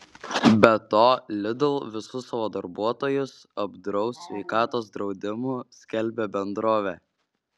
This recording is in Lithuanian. be to lidl visus savo darbuotojus apdraus sveikatos draudimu skelbia bendrovė